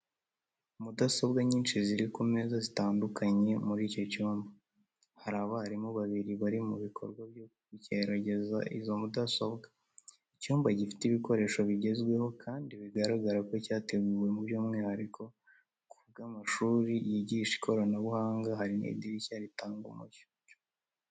Mudasobwa nyinshi ziri ku meza zitandukanye muri icyo cyumba. Hari abarimu babiri bari mu bikorwa byo kugerageza izo mudasobwa. Icyumba gifite ibikoresho bigezweho, kandi bigaragara ko cyateguwe by’umwihariko ku bw’amashuri yigisha ikoranabuhanga Hari n’idirishya ritanga umucyo.